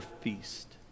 feast